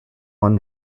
one